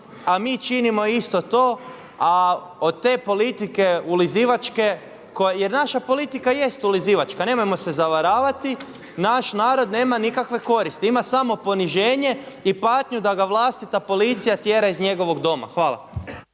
a mi činimo isto to a od te politike ulizivačke, jer naša politika jest ulizivačka nemojmo se zavaravati, naš narod nema nikakve koristi, ima samo poniženje i patnju da ga vlastita policija tjera iz njegovog doma. Hvala.